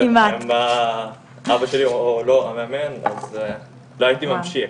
אם אבא שלי לא היה המאמן, לא הייתי ממשיך.